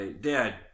dad